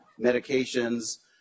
medications